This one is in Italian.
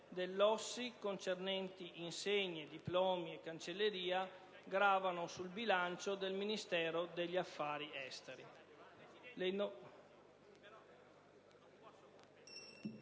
dell'OSSI concernenti insegne, diplomi e cancelleria gravano sul bilancio del Ministero degli affari esteri.